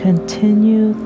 Continue